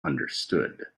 understood